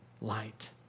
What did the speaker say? light